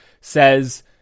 says